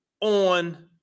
on